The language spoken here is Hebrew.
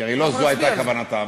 כי הרי לא זו הייתה כוונתם,